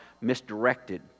misdirected